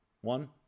one